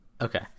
Okay